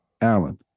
Allen